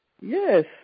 Yes